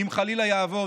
אם חלילה יעבור,